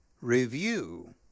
Review